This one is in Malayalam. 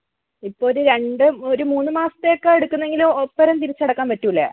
ഇപ്പം ഒര് രണ്ട് ഒരു മൂന്ന് മാസത്തേക്കാണ് എടുക്കുന്നതെങ്കില് ഒപ്പരം തിരിച്ചടക്കാൻ പറ്റുകയില്ലെ